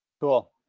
Cool